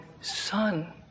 son